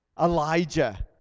Elijah